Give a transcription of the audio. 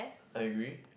I agree